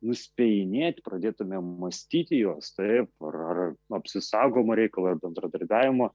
nuspėjinėti pradėtume mąstyti juos taip ar apsisaugomo reikalo ar bendradarbiavimo